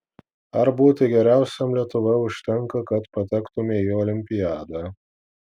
ar būti geriausiam lietuvoje užtenka kad patektumei į olimpiadą